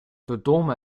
dodoma